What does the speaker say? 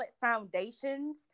foundations